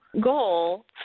goal